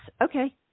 Okay